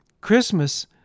Christmas